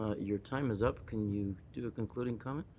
ah your time is up. can you do a concluding comment?